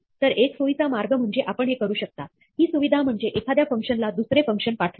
तर एक सोयीचा मार्ग म्हणजे आपण हे करू शकता ही सुविधा म्हणजे एखाद्या फंक्शनला दुसरे फंक्शन पाठवणे